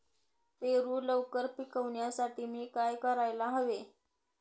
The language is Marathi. पेरू लवकर पिकवण्यासाठी मी काय करायला हवे?